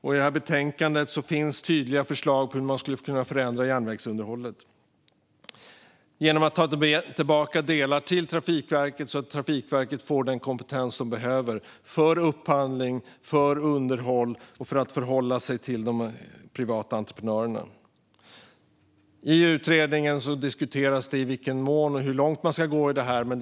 I den finns tydliga förslag på hur man skulle kunna förändra järnvägsunderhållet genom att ta tillbaka delar till Trafikverket så att verket får den kompetens det behöver för upphandling, för underhåll och för att förhålla sig till de privata entreprenörerna. I utredningen diskuteras i vilken mån man ska göra detta och hur långt man ska gå.